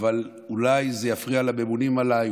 אבל אולי זה יפריע לממונים עליי,